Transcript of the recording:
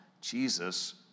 Jesus